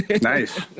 Nice